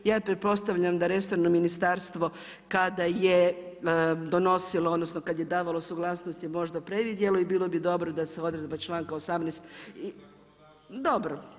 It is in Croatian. Ja pretpostavljam da resorno ministarstvo kada je donosilo odnosno kada je davalo suglasnost je možda previdjelo i bilo bi dobro da se odredba članka 18. … [[Upadica se ne razumije.]] dobro.